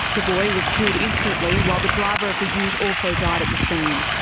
the boy was killed instantly while the driver of the ute also died at the scene.